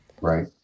Right